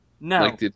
No